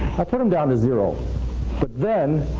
i put them down to zero, but then,